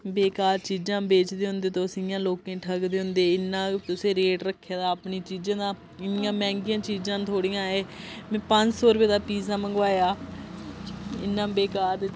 बेकार चीजां बेचदे होंदे तुस इ'यां लोकें ई ठगदे होंदे इ'न्ना तुसें रेट रक्खे दा अपनी चीजें दा इन्नियां मैंह्गियां चीजां न थुआढ़ियां एह् में पंज सौ रपेऽ दा पिज्जा मंगवाया इ'न्ना बेकार